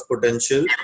potential